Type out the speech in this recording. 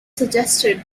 suggested